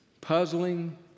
puzzling